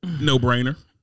No-brainer